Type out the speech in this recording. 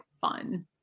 fun